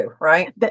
Right